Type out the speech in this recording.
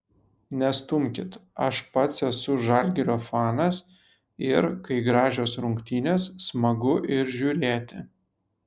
nestumkit aš pats esu žalgirio fanas ir kai gražios rungtynės smagu ir žiūrėti